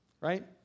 right